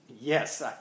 yes